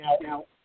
Now